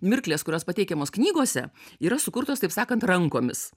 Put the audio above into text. mirklės kurios pateikiamos knygose yra sukurtos taip sakant rankomis